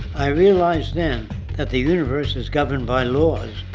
i realized then that the universe is governed by laws.